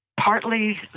Partly